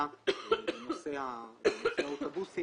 לוועדה בנושא האוטובוסים